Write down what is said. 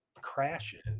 Crashes